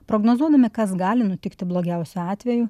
prognozuodami kas gali nutikti blogiausiu atveju